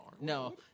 No